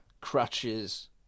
crutches